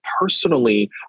personally